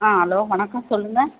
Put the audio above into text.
ஆ hello வணக்கம் சொல்லுங்கள்